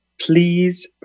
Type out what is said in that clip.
please